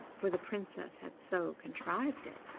for the princess had so contrived it.